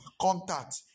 contact